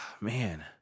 man